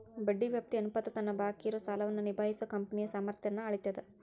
ಬಡ್ಡಿ ವ್ಯಾಪ್ತಿ ಅನುಪಾತ ತನ್ನ ಬಾಕಿ ಇರೋ ಸಾಲವನ್ನ ನಿಭಾಯಿಸೋ ಕಂಪನಿಯ ಸಾಮರ್ಥ್ಯನ್ನ ಅಳೇತದ್